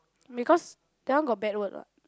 because that one got bad word what